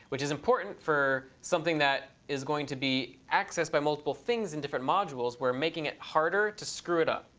which is important for something that is going to be accessed by multiple things in different modules. we're making it harder to screw it up,